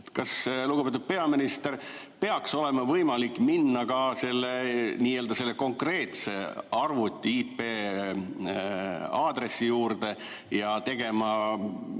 Kas, lugupeetud peaminister, peaks olema võimalik minna ka selle konkreetse arvuti IP-aadressi juurde ja teha